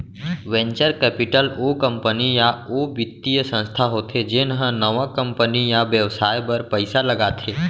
venture capital ओ company या ओ बित्तीय संस्था होथे जेन ह नवा कंपनी या बेवसाय बर पइसा लगाथे